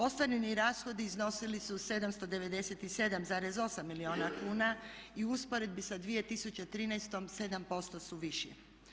Ostvareni rashodi iznosili su 797,8 milijuna kuna i u usporedbi sa 2013. 7% su viši.